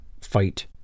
fight